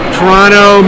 Toronto